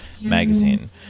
magazine